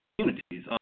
communities